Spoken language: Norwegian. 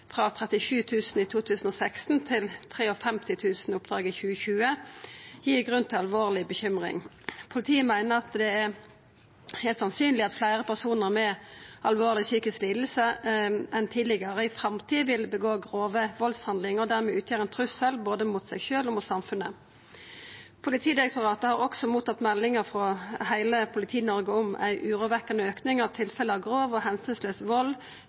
frå 37 000 oppdrag i 2016 til 53 000 i 2020 – gir grunn til alvorleg bekymring. Politiet meiner det er sannsynleg at fleire personar med alvorleg psykisk liding enn tidlegare i framtida vil utføra grove valdshandlingar og dermed utgjera ein trussel både mot seg sjølv og mot samfunnet. Politidirektoratet har også mottatt meldingar frå heile Politi-Noreg om ein urovekkjande auke av tilfelle av grov og omsynslaus vald